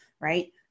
right